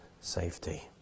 safety